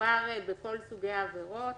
מדובר בכל סוגי העבירות?